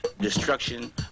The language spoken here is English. destruction